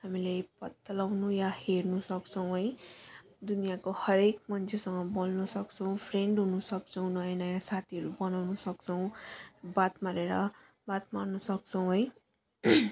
हामीले पत्ता लाउनु या हेर्नु सक्छौँ है दुनियाको हरेक मान्छेसँग बोल्नु सक्छौँ फ्रेन्ड हुनु सक्छौँ नयाँ नयाँ साथीहरू बनाउनु सक्छौँ बात मारेर बात गर्नु सक्छौँ है